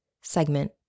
segment